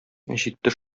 җитте